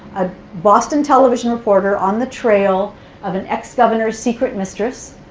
a boston television reporter on the trail of an ex-governor's secret mistress,